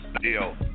deal